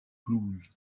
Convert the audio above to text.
blues